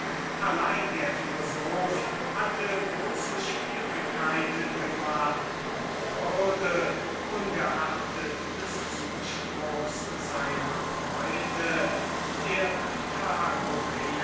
allein er hatte große schwierigkeiten gemacht und würde ungeachtet des zuspruchs seiner freunde der pythagoräer